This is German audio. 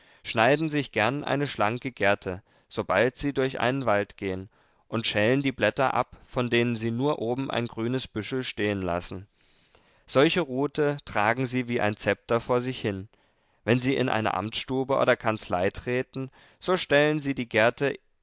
schneiden sich gern eine schlanke gerte sobald sie durch einen wald gehen und schälen die blätter ab von denen sie nur oben ein grünes büschel stehenlassen solche rute tragen sie wie ein zepter vor sich hin wenn sie in eine amtsstube oder kanzlei treten so stellen sie die gerte